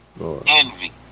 Envy